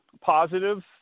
positive